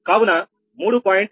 056 per unit